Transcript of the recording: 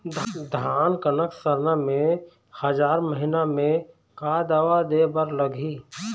धान कनक सरना मे हजार महीना मे का दवा दे बर लगही?